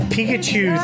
Pikachu